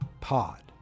Pod